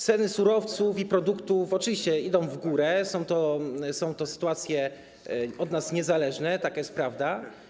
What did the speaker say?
Ceny surowców i produktów oczywiście idą w górę, są to sytuacje od nas niezależne, taka jest prawda.